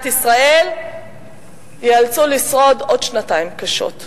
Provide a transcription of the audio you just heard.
ישראל ייאלצו לשרוד עוד שנתיים קשות,